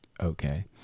Okay